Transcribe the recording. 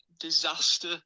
disaster